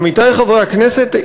עמיתי חברי הכנסת,